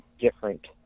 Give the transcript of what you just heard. different